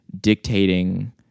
dictating